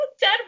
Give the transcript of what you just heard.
dead